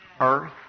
earth